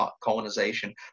colonization